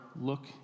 look